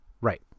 Right